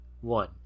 one